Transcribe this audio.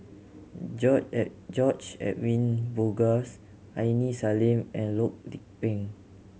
George Edwin Bogaars Aini Salim and Loh Lik Peng